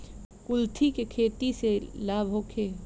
कुलथी के खेती से लाभ होखे?